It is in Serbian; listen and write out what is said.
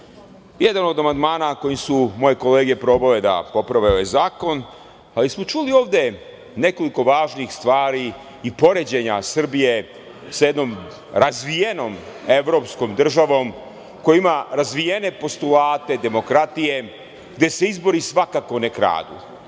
jedan od amandmana koji su moje kolege probale da poprave ovaj zakon, ali smo čuli ovde nekoliko važnih stvari i poređenja Srbije sa jednom razvijenom evropskom državom koja ima razvijene postulate demokratije gde se izbori svakako ne kradu. Vidite